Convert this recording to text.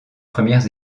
premières